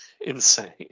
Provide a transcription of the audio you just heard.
insane